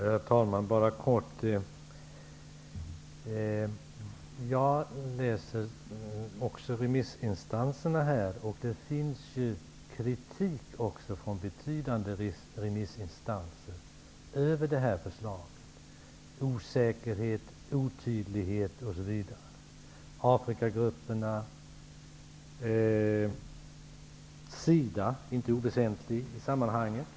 Herr talman! Jag har också läst vad remissinstanserna har skrivit här. Det finns ju också kritik från betydande remissinstanser när det gäller det här förslaget. Man nämner osäkerhet, otydlighet osv. Afrikagrupperna och SIDA är inte oväsentliga i sammanhanget.